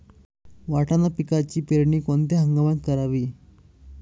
वाटाणा पिकाची पेरणी कोणत्या हंगामात करावी?